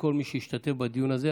לכל מי שהשתתף בדיון הזה.